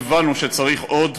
"הבנו שצריך עוד".